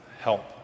Help